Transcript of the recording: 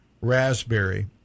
Raspberry